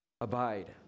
Abide